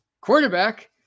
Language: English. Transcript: quarterback